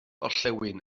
orllewin